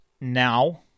now